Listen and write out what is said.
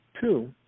Two